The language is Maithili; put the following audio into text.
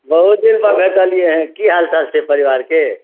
बहुत दिन पर भेटलियै हँ की हाल चल छै परिवारके